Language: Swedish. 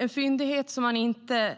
En fyndighet som man inte